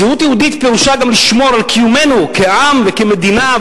זהות יהודית פירושה גם לשמור על קיומנו כעם וכמדינה,